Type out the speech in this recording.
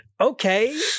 okay